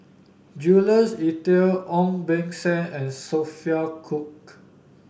Jules Itier Ong Beng Seng and Sophia Cooke